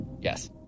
Yes